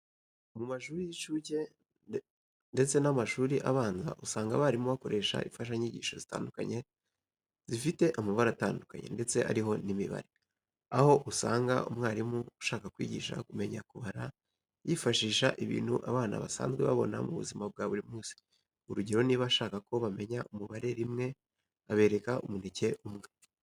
Mu mashuri y'incuke ndetse n'amashuri abanza, usanga abarimu bakoresha imfashanyigisho zitandukanye, zifite amabara atandukanye, ndetse ariho n'imibare. Aho usanga umwarimu ushaka kwigisha kumenya kubara yifashisha ibintu abana basanzwe babona mu buzima bwa buri munsi, urugero niba ashaka ko bamenya umubare rimwe abereka umuneke umwe.